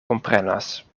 komprenas